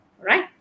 right